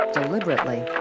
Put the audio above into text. deliberately